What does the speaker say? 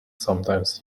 sometimes